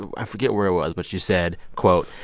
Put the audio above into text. i forget where it was. but you said, quote,